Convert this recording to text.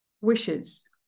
wishes